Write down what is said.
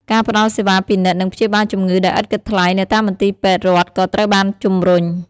ការផ្តល់សេវាពិនិត្យ និងព្យាបាលជំងឺដោយឥតគិតថ្លៃនៅតាមមន្ទីរពេទ្យរដ្ឋក៏ត្រូវបានជំរុញ។